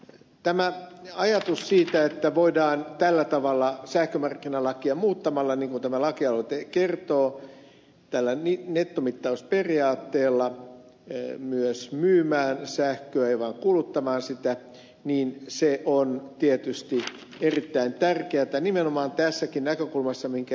tämä ajatus siitä että voidaan tällä tavalla sähkömarkkinalakia muuttamalla niin kuin tämä lakialoite kertoo tällä nettomittausperiaatteella myös myydä sähköä ei vain kuluttaa sitä on tietysti erittäin tärkeätä nimenomaan tässäkin näkökulmassa minkä ed